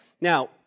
Now